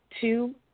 two